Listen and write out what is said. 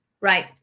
Right